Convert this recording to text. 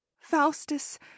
faustus